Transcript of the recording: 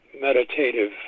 meditative